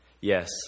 Yes